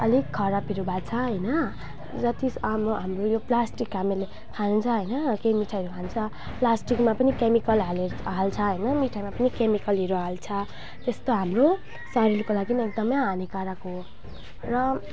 अलिक खराबहरू भए छ होइन जति हाम्रो यो प्लास्टिक हामीले खान्छ होइन केही मिठाईहरू खान्छ प्लास्टिकमा पनि क्यामिकल हाले हालेर हाल्छ होइन मिठाईमा पनि क्यामिकलहरू हाल्छ त्यस्तो हाम्रो शरीरको लागि एकदमै हानिकारक हो र